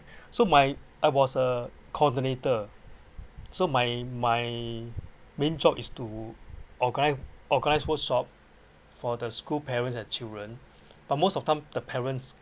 so my I was a coordinator so my my main job is to organise organise workshop for the school parents and children but most of time the parents